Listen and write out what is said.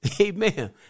amen